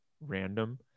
random